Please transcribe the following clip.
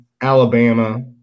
Alabama